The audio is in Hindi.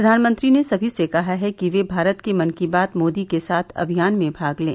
प्रधानमंत्री ने समी र्स कहा है कि वे भारत के मन की बात मोदी के साथ अभियान में भाग लें